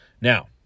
Now